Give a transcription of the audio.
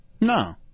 No